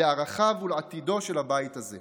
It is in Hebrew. לערכיו ולעתידו של הבית שלנו